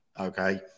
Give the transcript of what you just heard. okay